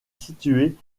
situé